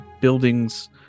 buildings